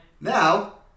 Now